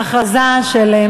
אני לא ידעתי שהתנגדתם.